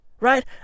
right